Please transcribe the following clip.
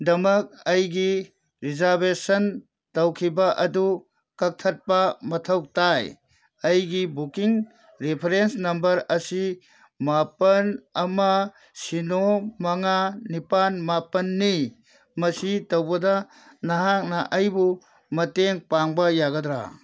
ꯗꯃꯛ ꯑꯩꯒꯤ ꯔꯤꯖꯥꯔꯕꯦꯁꯟ ꯇꯧꯈꯤꯕ ꯑꯗꯨ ꯀꯛꯊꯠꯄ ꯃꯊꯧ ꯇꯥꯏ ꯑꯩꯒꯤ ꯕꯨꯛꯀꯤꯡ ꯔꯤꯐꯔꯦꯟꯁ ꯅꯝꯕꯔ ꯑꯁꯤ ꯃꯥꯄꯜ ꯑꯃ ꯁꯤꯅꯣ ꯃꯉꯥ ꯅꯤꯄꯥꯜ ꯃꯥꯄꯜꯅꯤ ꯃꯁꯤ ꯇꯧꯕꯗ ꯅꯍꯥꯛꯅ ꯑꯩꯕꯨ ꯃꯇꯦꯡ ꯄꯥꯡꯕ ꯌꯥꯒꯗ꯭ꯔꯥ